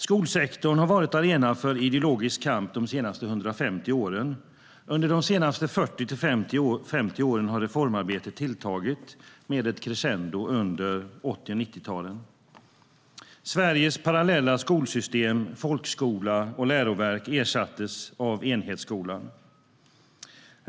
Skolsektorn har varit arena för ideologisk kamp de senaste 150 åren. Under de senaste 40-50 åren har reformarbetet tilltagit, med ett crescendo under 80 och 90-talen. Sveriges parallella skolsystem, med folkskola och läroverk, ersattes av enhetsskolan.